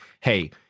hey